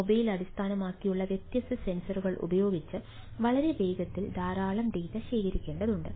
mobile അടിസ്ഥാനമാക്കിയുള്ള വ്യത്യസ്ത സെൻസറുകൾ ഉപയോഗിച്ച് വളരെ വേഗത്തിൽ ധാരാളം ഡാറ്റ ശേഖരിക്കേണ്ടതുണ്ട്